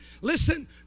Listen